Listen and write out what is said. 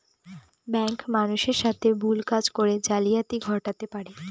bank মানুষের সাথে ভুল কাজ করে জালিয়াতি ঘটাতে পারে